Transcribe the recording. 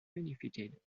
benefited